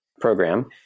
program